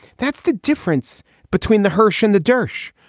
that's the difference between the hershe and the durch.